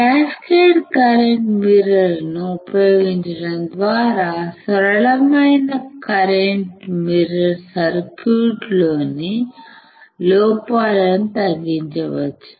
cascade current మిర్రర్లను ఉపయోగించడం ద్వారా సరళమైన కరెంట్ మిర్రర్ సర్క్యూట్లలోని లోపాలను తగ్గించవచ్చు